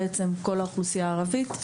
של כלל האוכלוסייה הערבית.